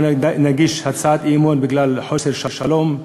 לא נגיש הצעת אי-אמון בגלל חוסר שלום,